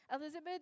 Elizabeth